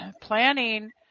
Planning